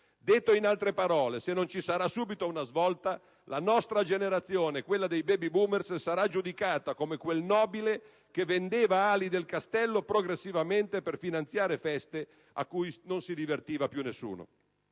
Detto in altre parole: se non ci sarà subito una svolta, la nostra generazione - quella dei *baby boomer* - sarà giudicata come quel nobile che vendeva progressivamente ali del castello per finanziare feste a cui non si divertiva più nessuno.